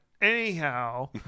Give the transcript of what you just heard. Anyhow